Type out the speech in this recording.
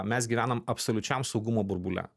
mes gyvenam absoliučiam saugumo burbule